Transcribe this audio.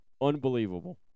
Unbelievable